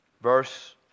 verse